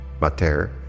mater